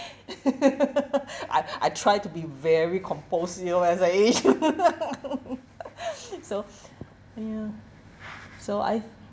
I I try to be very composed you know as I aged so ya so I